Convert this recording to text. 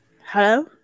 Hello